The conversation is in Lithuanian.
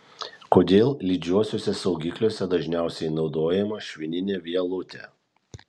kodėl lydžiuosiuose saugikliuose dažniausiai naudojama švininė vielutė